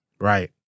right